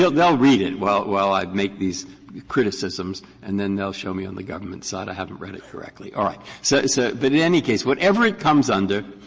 they'll they'll read it while while i make these criticisms, and then they'll show me on the government's side i haven't read it correctly. all right. so so but in any case, whatever it comes under,